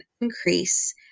increase